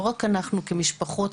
לא רק אנחנו כמשפחות,